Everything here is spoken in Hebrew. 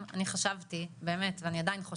אני רוצה לשאול ובאמת בצורה הכי כנה גם.